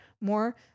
more